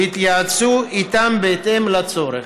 ויתייעצו איתם בהתאם לצורך.